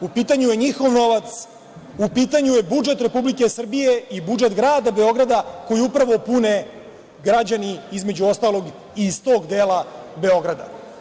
U pitanju je njihov novac, u pitanju je budžet Republike Srbije i budžet grada Beograda koji upravo pune građani između ostalog i iz tog dela Beograda.